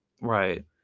Right